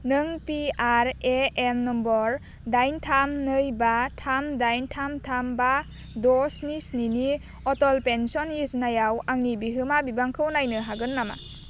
नों P R A N number दाइन थाम नै बा थाम दाइन थाम थाम बा द' स्नि स्निनि अटल पेन्सन य'जनायाव आंनि बिहोमा बिबांखौ नायनो हागोन नामा